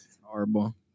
horrible